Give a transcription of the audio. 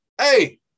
Hey